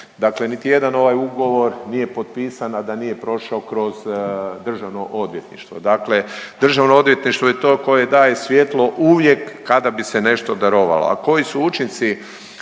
Dakle niti jedan ovaj ugovor nije potpisan, a da nije prošao kroz Državno odvjetništvo. Dakle Državno odvjetništvo je to koje daje svjetlo uvijek kada bi se nešto darovalo,